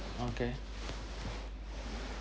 okay